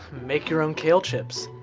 make your own kale chips.